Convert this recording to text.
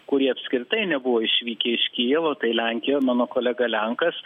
kurie apskritai nebuvo išvykę iš kijevo tai lenkija mano kolega lenkas